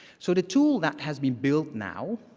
so the tool that has been built now